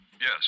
yes